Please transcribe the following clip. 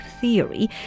theory